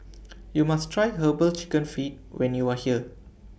YOU must Try Herbal Chicken Feet when YOU Are here